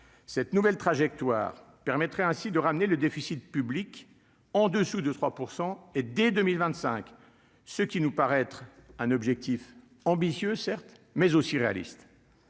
cette nouvelle trajectoire permettrait ainsi de ramener le déficit public en dessous de 3 % et dès 2025, ce qui nous paraît être un objectif ambitieux, certes, mais aussi réaliste,